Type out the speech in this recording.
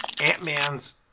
Ant-Man's